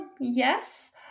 yes